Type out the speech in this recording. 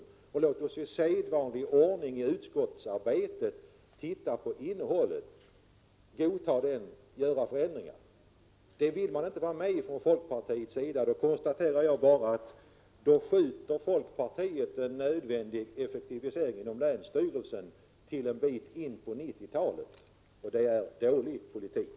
Utskottet får i sedvanlig ordning se på innehållet i propositionen, godta den eller göra förändringar. Folkpartiet vill inte vara med om detta, och därmed skjuter man upp en nödvändig effektivisering inom länsstyrelsen till 1990 talet. Det är dålig politik.